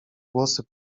głosy